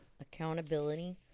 Accountability